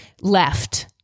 left